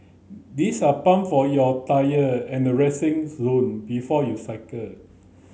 these are pump for your tyre at the resting zone before you cycle